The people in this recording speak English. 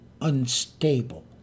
unstable